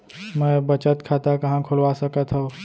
मै बचत खाता कहाँ खोलवा सकत हव?